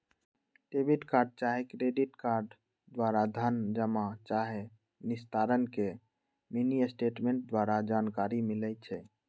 debit चाहे credit card द्वारा धन जमा चाहे निस्तारण के मिनीस्टेटमेंट द्वारा जानकारी मिलइ छै